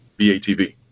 BATV